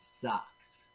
sucks